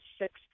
six